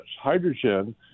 hydrogen